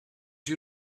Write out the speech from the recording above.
you